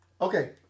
Okay